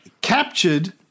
captured